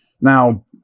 now